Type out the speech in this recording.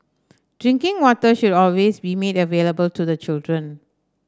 drinking water should always be made available to the children